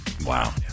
Wow